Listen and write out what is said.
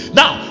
now